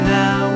now